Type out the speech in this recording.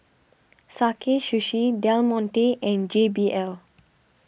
Sakae Sushi Del Monte and J B L